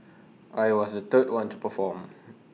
I was the third one to perform